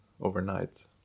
overnight